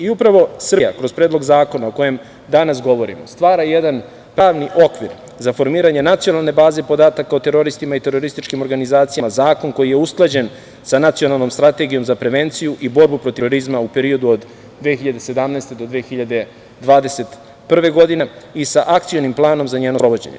Upravo Srbija kroz Predlog zakona o kojem danas govorimo, stvara jedan pravni okvir za formiranje nacionalne baze podataka o teroristima i terorističkim organizacijama, zakon koji je usklađen sa Nacionalnom strategijom za prevenciju i borbu protiv terorizma u periodu od 2017. do 2021. godine i sa akcionim planom za njeno sprovođenje.